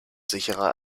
sicherer